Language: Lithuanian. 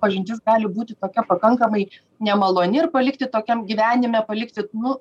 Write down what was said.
pažintis gali būti tokia pakankamai nemaloni ir palikti tokiam gyvenime palikti nu